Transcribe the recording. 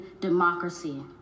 democracy